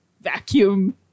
vacuum